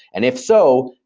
and if so,